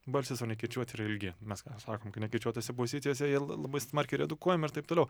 balsis o nekirčiuoti yra ilgi mes sakom kad nekirčiuotose pozicijose jie l labai smarkiai redukuojami ir taip toliau